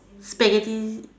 Spaghetti